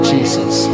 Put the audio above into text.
Jesus